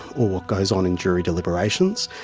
or what goes on in jury deliberations,